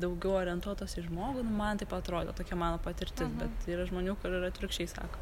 daugiau orientuotos į žmogų nu man taip atrodo tokia mano patirtis bet yra žmonių kur ir atvirkščiai sako